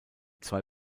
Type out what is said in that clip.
zwei